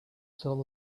soul